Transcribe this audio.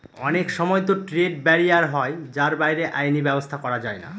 অনেক সময়তো trade barrier হয় যার বাইরে আইনি ব্যাবস্থা করা যায়না